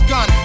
Gun